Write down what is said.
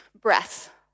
breath